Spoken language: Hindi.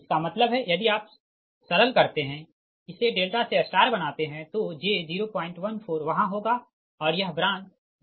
इसका मतलब है यदि आप सरल करते है इसे डेल्टा से स्टार बनाते है तो j 014 वहाँ होगा और यह ब्रांच j 00375 होगी